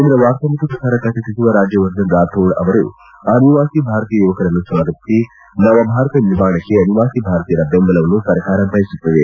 ಕೇಂದ್ರ ವಾರ್ತಾ ಮತ್ತು ಪ್ರಸಾರ ಖಾತೆ ಸಚಿವ ರಾಜ್ಯವರ್ಧನ್ ರಾಥೋಡ್ ಅವರು ಅನಿವಾಸಿ ಭಾರತೀಯ ಯುವಕರನ್ನು ಸ್ವಾಗತಿಸಿ ನವಭಾರತ ನಿರ್ಮಾಣಕ್ಕೆ ಅನಿವಾಸಿ ಭಾರತೀಯರ ಬೆಂಬಲವನ್ನು ಸರ್ಕಾರ ಬಯಸುತ್ತದೆ